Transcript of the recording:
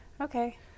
Okay